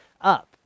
up